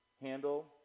handle